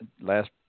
last